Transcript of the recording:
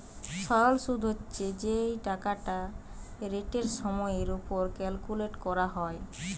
সরল শুদ হচ্ছে যেই টাকাটা রেটের সময়ের উপর ক্যালকুলেট করা হয়